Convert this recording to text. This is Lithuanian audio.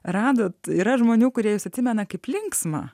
radot yra žmonių kurie atsimena kaip linksmą